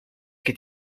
che